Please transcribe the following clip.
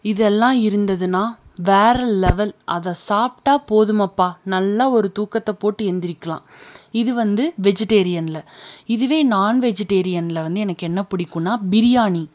இதெல்லாம் இருந்ததுன்னால் வேறு லெவல் அதை சாப்பிட்டா போதுமப்பா நல்லா ஒரு தூக்கத்தைப் போட்டு எழுந்திரிக்கலாம் இது வந்து வெஜிடேரியனில் இதுவே நான்வெஜிடேரியனில் வந்து எனக்கு என்ன பிடிக்கும்னா பிரியாணி